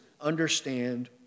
understand